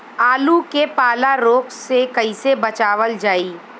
आलू के पाला रोग से कईसे बचावल जाई?